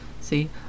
See